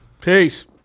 Peace